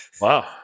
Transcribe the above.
Wow